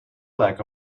lack